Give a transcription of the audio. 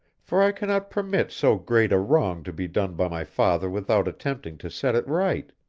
for i cannot permit so great a wrong to be done by my father without attempting to set it right.